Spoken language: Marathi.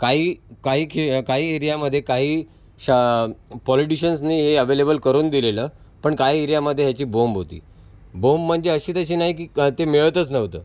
काही काही खे काही एरियामध्ये काही शा पॉलिटिशियन्सनी हे अॅव्हेलेबल करून दिलेलं पण काही एरियामध्ये ह्याची बोंब होती बोंब म्हणजे अशी तशी नाही की क ते मिळतच नव्हतं